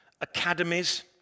academies